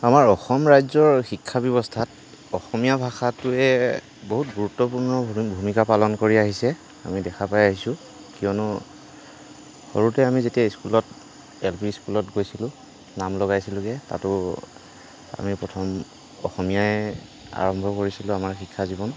আমাৰ অসম ৰাজ্যৰ শিক্ষা ব্যৱস্থাত অসমীয়া ভাষাটোৱে বহুত গুৰুত্বপূৰ্ণ ভূ ভূমিকা পালন কৰি আহিছে আমি দেখা পাই আহিছোঁ কিয়নো সৰুতে আমি যেতিয়া স্কুলত এল পি স্কুলত গৈছিলোঁ নাম লগাইছিলোঁগৈ তাতো আমি প্ৰথম অসমীয়াই আৰম্ভ কৰিছিলোঁ আমাৰ শিক্ষা জীৱন